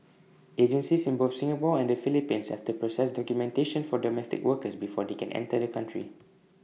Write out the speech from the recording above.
agencies in both Singapore and the Philippines have to process documentation for domestic workers before they can enter the country